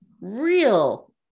real